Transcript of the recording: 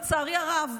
לצערי הרב,